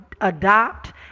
adopt